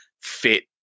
fit